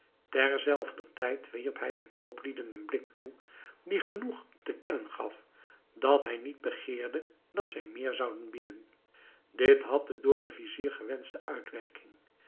ter zelfder tijd wierp hij den kooplieden een blik toe die genoeg te kennen gaf dat hij niet begeerde dat zij meer zouden bieden dit had de door den vizier gewenschte uitwerking